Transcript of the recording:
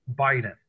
Biden